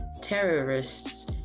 terrorists